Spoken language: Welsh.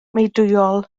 meudwyol